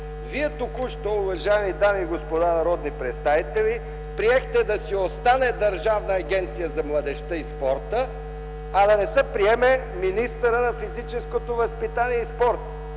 Вие току-що, уважаеми дами и господа народни представители, приехте да си остане „Държавна агенция за младежта и спорта”, а да не се приеме „министърът на физическото възпитание и спорта”.